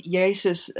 jezus